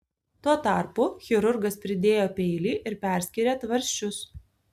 tuo tarpu chirurgas pridėjo peilį ir perskyrė tvarsčius